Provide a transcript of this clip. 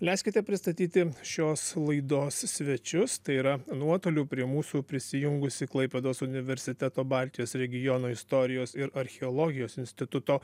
leiskite pristatyti šios laidos svečius tai yra nuotoliu prie mūsų prisijungusi klaipėdos universiteto baltijos regiono istorijos ir archeologijos instituto